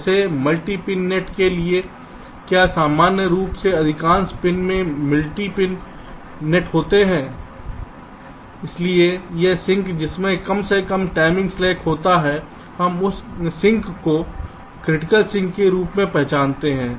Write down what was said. जैसे multi pin net के लिए कि क्या सामान्य रूप से अधिकांश पिन में मल्टी पिन मल्टी नेट होते हैं इसलिए यह सिंक जिसमें कम से कम टाइमिंग स्लैक होता है हम उस सिंक को क्रिटिकल सिंक के रूप में पहचानते हैं